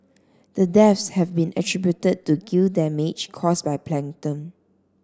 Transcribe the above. the deaths have been attributed to gill damage caused by plankton